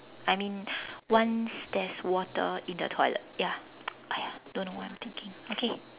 I mean once there's water in the toilet ya !aiya! don't know what I'm thinking okay